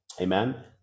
amen